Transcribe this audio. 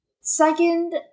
second